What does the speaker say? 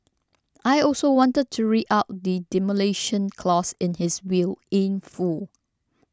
I also wanted to read out the Demolition Clause in his will in full